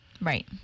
Right